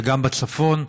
וגם בצפון,